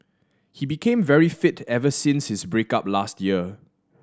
he became very fit ever since his break up last year